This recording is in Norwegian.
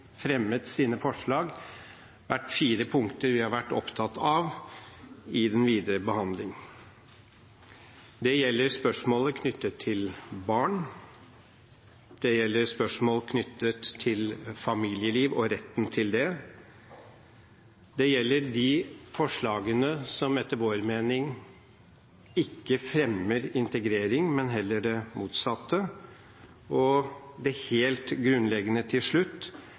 fremmet sine forslag vært fire punkter vi har vært opptatt av i den videre behandlingen: Det gjelder spørsmålet knyttet til barn. Det gjelder spørsmål knyttet til familieliv og retten til det. Det gjelder de forslagene som etter vår mening ikke fremmer integrering, men heller det motsatte. Og til slutt, det helt grunnleggende: